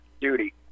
duty